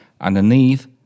underneath